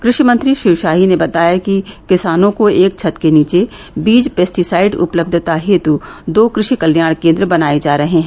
कृषि मंत्री श्री शाही ने बताया कि किसानों को एक छत के नीचे बीज पेस्टिसाइड उपलब्धता हेतु दो कृ षि कल्याण केंद्र बनाए जा रहे हैं